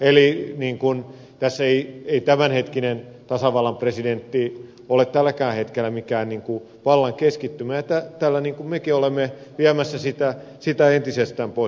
eli ei tämänhetkinen tasavallan presidentti ole tälläkään hetkellä mikään vallan keskittymä ja tällä mekin olemme viemässä sitä entisestään pois